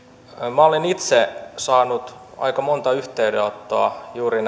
minä olen itse saanut aika monta yhteydenottoa juuri